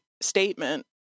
statement